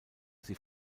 sie